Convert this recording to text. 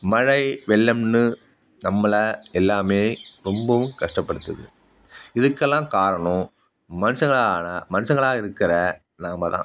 மழை வெள்ளமெனு நம்மளை எல்லாமே ரொம்பவும் கஷ்டப்படுத்தது இதுக்கெல்லாம் காரணம் மனுஷங்களான மனுஷங்களாக இருக்கிற நாம்தான்